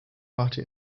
party